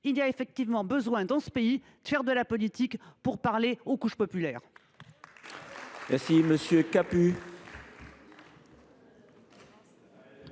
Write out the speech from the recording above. il y a vraiment besoin, dans ce pays, de faire de la politique pour parler aux couches populaires